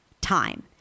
time